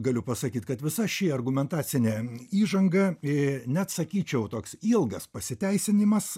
galiu pasakyt kad visa ši argumentacinė įžanga net sakyčiau toks ilgas pasiteisinimas